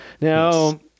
Now